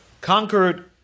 Conquered